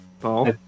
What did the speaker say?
Paul